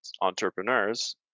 entrepreneurs